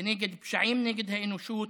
כנגד פשעים נגד האנושות,